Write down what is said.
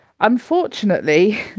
Unfortunately